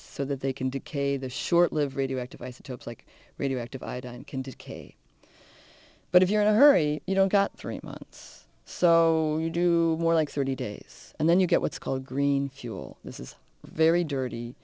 so that they can decay the short lived radioactive isotopes like radioactive iodine can do kate but if you're in a hurry you know you got three months so you do more like thirty days and then you get what's called green fuel this is very dirty